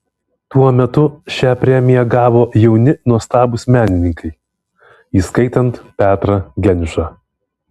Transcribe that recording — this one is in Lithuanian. tuo metu šią premiją gavo jauni nuostabūs menininkai įskaitant petrą geniušą